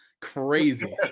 Crazy